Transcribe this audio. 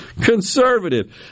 Conservative